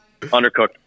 Undercooked